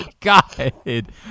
God